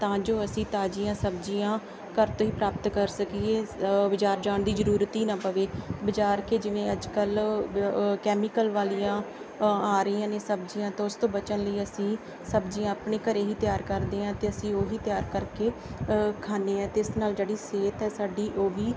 ਤਾਂ ਜੋ ਅਸੀਂ ਤਾਜ਼ੀਆਂ ਸਬਜ਼ੀਆਂ ਘਰ ਤੋਂ ਹੀ ਪ੍ਰਾਪਤ ਕਰ ਸਕੀਏ ਬਜ਼ਾਰ ਜਾਣ ਦੀ ਜ਼ਰੂਰਤ ਹੀ ਨਾ ਪਵੇ ਬਜ਼ਾਰ ਕਿ ਜਿਵੇਂ ਅੱਜ ਕੱਲ੍ਹ ਕੈਮੀਕਲ ਵਾਲੀਆਂ ਆ ਰਹੀਆਂ ਨੇ ਸਬਜ਼ੀਆਂ ਤੋਂ ਉਸ ਤੋਂ ਬਚਣ ਲਈ ਅਸੀਂ ਸਬਜ਼ੀਆਂ ਆਪਣੇ ਘਰੇ ਹੀ ਤਿਆਰ ਕਰਦੇ ਹਾਂ ਅਤੇ ਅਸੀਂ ਉਹੀ ਤਿਆਰ ਕਰਕੇ ਖਾਂਦੇ ਹਾਂ ਅਤੇ ਇਸ ਨਾਲ ਜਿਹੜੀ ਸਿਹਤ ਹੈ ਸਾਡੀ ਉਹ ਵੀ